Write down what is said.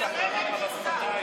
חברת הכנסת שטרית.